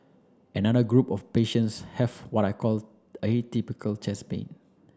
another group of patients have what I call atypical chest pain